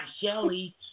Shelly